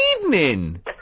evening